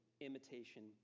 imitation